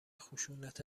خشونت